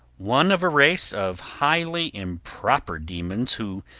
one of a race of highly improper demons who,